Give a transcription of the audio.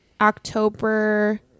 october